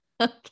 Okay